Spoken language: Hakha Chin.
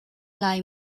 lai